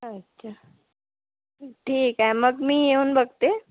अच्छा ठीक आहे मग मी येऊन बघते